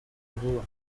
vuba